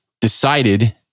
decided